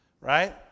Right